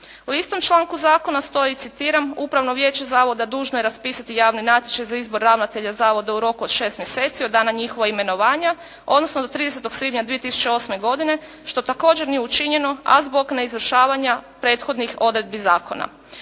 U istom članku zakona stoji, citiram "upravno vijeće zavoda dužno je raspisati javni natječaj za izbor ravnatelja zavoda u roku od 6 mjeseci od dana njihova imenovanja", odnosno do 30. svibnja 2008. godine, što također nije učinjeno, a zbog neizvršavanja prethodnih odredbi zakona.